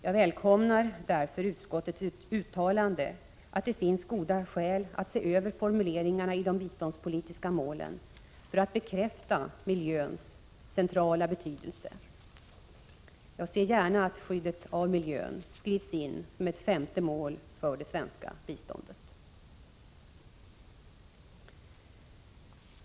Jag välkomnar därför utskottets uttalande att det finns goda skäl att se över formuleringarna i de biståndspolitiska målen för att bekräfta miljöns centrala betydelse. Jag ser gärna att skyddet av miljön skrivs in som ett femte mål för det svenska biståndet.